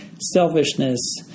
selfishness